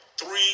three